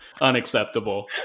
Unacceptable